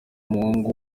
umuhungu